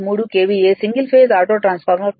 3 KVA single phase auto ట్రాన్స్ఫార్మర్పై 11